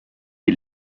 die